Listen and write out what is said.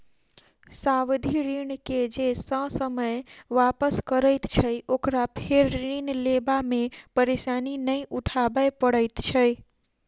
सावधि ऋण के जे ससमय वापस करैत छै, ओकरा फेर ऋण लेबा मे परेशानी नै उठाबय पड़ैत छै